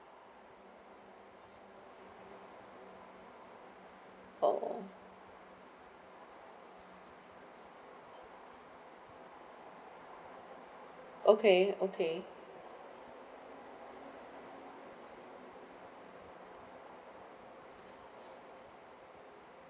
oh okay okay